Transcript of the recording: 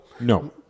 No